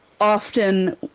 often